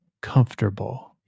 comfortable